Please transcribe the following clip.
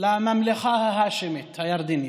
לממלכה ההאשמית הירדנית.